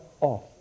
off